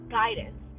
guidance